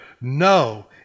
No